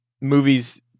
movies